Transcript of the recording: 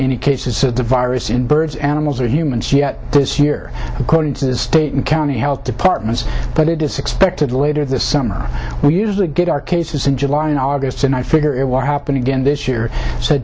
any cases so the virus in birds animals or humans yet this year according to the state and county health departments but it is expected later this summer we usually get our cases in july in august and i figure it will happen again this year s